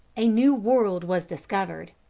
a new world was discovered.